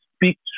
speak